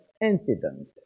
incident